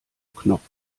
knopf